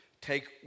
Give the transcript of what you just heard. take